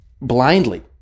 blindly